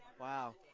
Wow